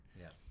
Yes